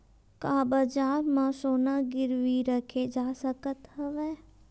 का बजार म सोना गिरवी रखे जा सकत हवय?